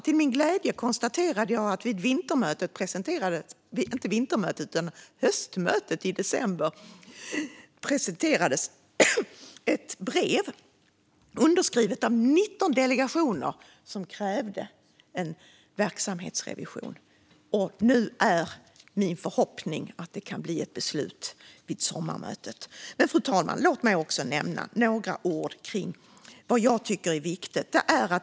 Till min glädje konstaterade jag att vid höstmötet i december presenterades ett brev underskrivet av 19 delegationer som krävde en verksamhetsrevision. Nu är min förhoppning att det kan bli ett beslut vid sommarmötet. Fru talman! Låt mig också säga några ord om vad jag tycker är viktigt.